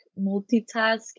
multitask